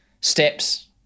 steps